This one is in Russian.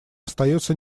остается